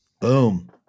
Boom